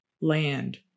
land